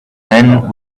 man